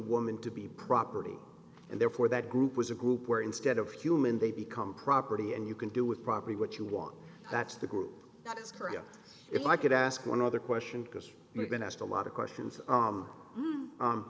woman to be property and therefore that group was a group where instead of human they become property and you can do with property what you want that's the group that is korea if i could ask one other question because we've been asked a lot of questions